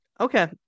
okay